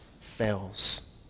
fails